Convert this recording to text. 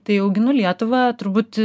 tai auginu lietuvą turbūt